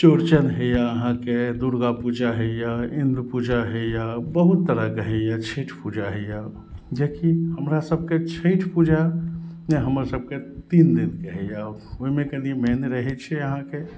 चौरचन होइया अहाँके दुर्गा पूजा होइया इन्द्र पूजा होइया बहुत तरहके होइया छठि पूजा होइया जेकि हमरा सभके छठि पूजा नहि हमर सभके तीन दिनके होइया ओहिमे कनि मेन रहै छै अहाँके